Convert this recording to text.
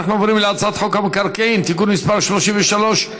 אנחנו עוברים להצעת חוק המקרקעין (תיקון מס' 33)